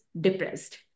depressed